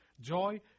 Joy